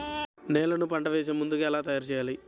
నేలను పంట వేసే ముందుగా ఎలా తయారుచేయాలి?